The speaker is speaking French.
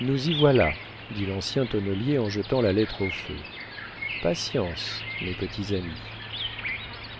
nous y voilà dit l'ancien tonnelier en jetant la lettre au feu patience mes petits amis